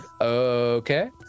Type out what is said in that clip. okay